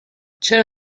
چرا